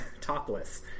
Topless